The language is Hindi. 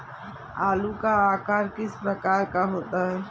आलू का आकार किस प्रकार का होता है?